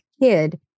kid